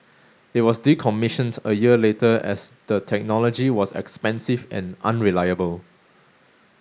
it was decommissioned a year later as the technology was expensive and unreliable